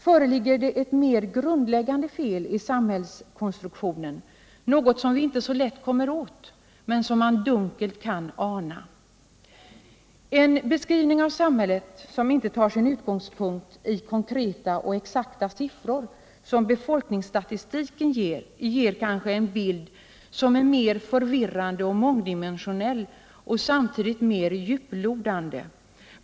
Föreligger det ett mer grundläggande fel i samhällskonstruktionen, något som vi inte så lätt kommer åt, men som man dunkelt kan ana? En beskrivning av samhället som inte tar sin utgångspunkt i konkreta och exakta siffror, som befolkningsstatistiken ger, kanske ger en bild som är mer förvirrande och mångdimensionell och samtidigt mer djuplodande.